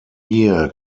year